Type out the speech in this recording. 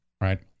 right